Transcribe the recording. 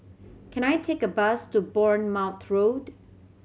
can I take a bus to Bournemouth Road